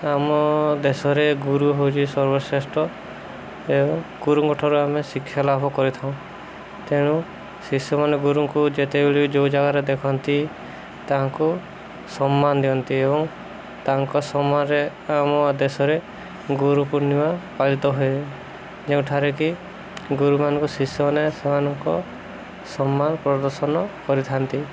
ଆମ ଦେଶରେ ଗୁରୁ ହେଉଛି ସର୍ବଶ୍ରେଷ୍ଠ ଏବଂ ଗୁରୁଙ୍କଠାରୁ ଆମେ ଶିକ୍ଷା ଲାଭ କରିଥାଉ ତେଣୁ ଶିଶୁମାନେ ଗୁରୁଙ୍କୁ ଯେତେବେଳେ ଯେଉଁ ଜାଗାରେ ଦେଖନ୍ତି ତାଙ୍କୁ ସମ୍ମାନ ଦିଅନ୍ତି ଏବଂ ତାଙ୍କ ସମୟରେ ଆମ ଦେଶରେ ଗୁରୁ ପୂର୍ଣ୍ଣିମା ପାଳିତ ହୁଏ ଯେଉଁଠାରେ କିି ଗୁରୁମାନଙ୍କୁ ଶିଶୁମାନେ ସେମାନଙ୍କ ସମ୍ମାନ ପ୍ରଦର୍ଶନ କରିଥାନ୍ତି